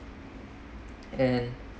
and